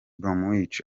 bromwich